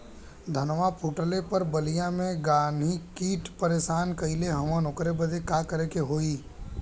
धनवा फूटले पर बलिया में गान्ही कीट परेशान कइले हवन ओकरे बदे का करे होई?